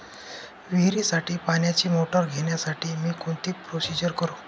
विहिरीसाठी पाण्याची मोटर घेण्यासाठी मी कोणती प्रोसिजर करु?